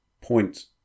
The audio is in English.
point